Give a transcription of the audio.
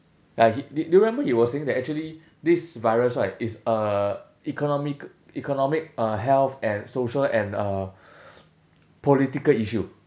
ya do do you remember he was saying that actually this virus right is uh economic economic uh health and social and uh political issue